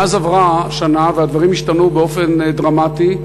מאז עברה שנה והדברים השתנו באופן דרמטי.